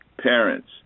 parents